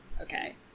okay